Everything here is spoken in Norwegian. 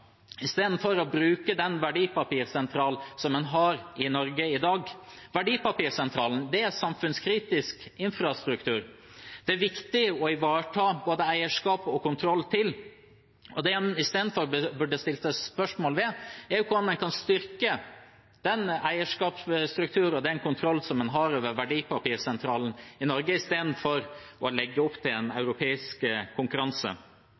Norge i dag. Verdipapirsentralen er samfunnskritisk infrastruktur det er viktig å ivareta både eierskap til og kontroll av, og det spørsmålet en heller burde stilt, er hvordan en kan styrke den eierskapsstrukturen og den kontrollen som en har over Verdipapirsentralen i Norge, istedenfor å legge opp til en europeisk konkurranse.